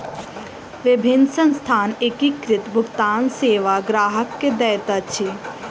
विभिन्न संस्थान एकीकृत भुगतान सेवा ग्राहक के दैत अछि